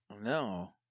No